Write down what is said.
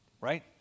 right